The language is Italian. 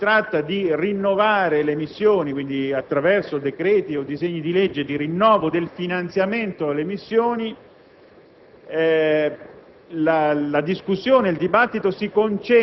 Noi intendiamo avviare un preciso programma di valutazione dell'efficacia, della congruità e dei risultati delle missioni,